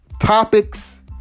topics